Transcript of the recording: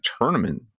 tournament